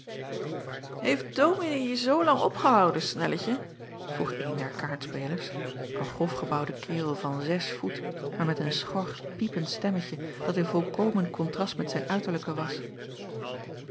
eeft ominee je zoo lang opgehouden nelletje vroeg een der kaartspelers een grofgebouwde kerel van zes voet maar met een schor piepend stemmetje dat in volkomen kontrast met zijn uiterlijke was